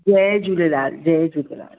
जय झूलेलाल जय झूलेलाल